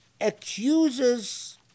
accuses